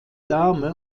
dame